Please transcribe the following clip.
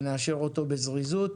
ונאשר אותו בזריזות.